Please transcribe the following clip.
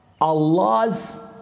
Allah's